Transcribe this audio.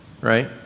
Right